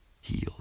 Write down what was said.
healed